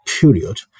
period